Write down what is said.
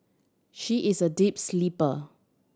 she is a deep sleeper